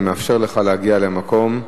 אני מאפשר לך להגיע למקום.